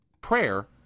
prayer